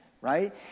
right